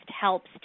helps